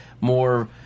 more